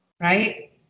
Right